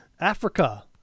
Africa